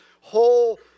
whole